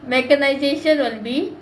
mechanisation will be